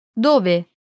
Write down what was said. Dove